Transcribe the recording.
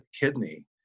kidney